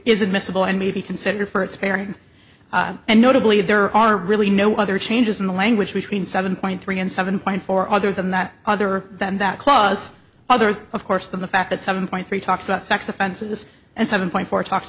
admissible and may be considered for it's fair and notably there are really no other changes in the language between seven point three and seven point four other than that other than that clause other of course than the fact that seven point three talks about sex offenses and seven point four talks